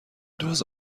دُز